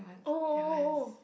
oh oh oh oh oh